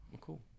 Cool